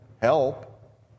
help